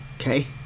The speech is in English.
Okay